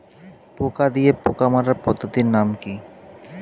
পোকা দিয়ে পোকা মারার পদ্ধতির নাম কি?